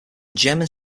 german